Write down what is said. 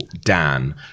dan